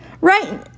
Right